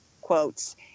quotes